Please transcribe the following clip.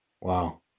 Wow